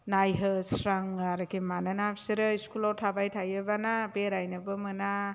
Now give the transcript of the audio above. नायहोस्राङो आरोखि मानोना बिसोरो स्कुलाव थाबाय थायोबाना बेरायनोबो मोना